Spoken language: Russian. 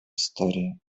истории